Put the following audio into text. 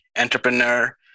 entrepreneur